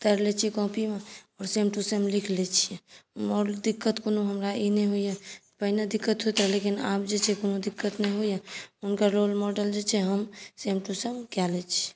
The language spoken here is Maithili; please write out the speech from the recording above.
उतारि लै छी कॉपीमे ओ सेम टु सेम लिख लै छिए आओर दिक्कत हमरा कोनो ई नहि होइए पहिने दिक्कत होइत रहै लेकिन आब जे छै कोनो दिक्कत नहि होइए हुनकर रोल मॉडल जे छै हम सेम टु सेम कऽ लै छी